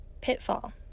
pitfall